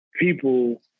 people